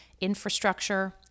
infrastructure